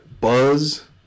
Buzz